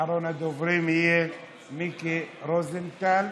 אחרון הדוברים יהיה מיקי רוזנטל.